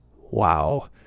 wow